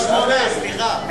סליחה,